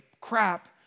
crap